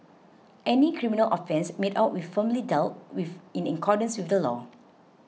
any criminal offence made out will firmly dealt with in accordance with the law